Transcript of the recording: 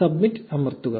'submit' അമർത്തുക